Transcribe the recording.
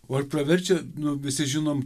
o ar praverčia nu visi žinom